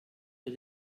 mir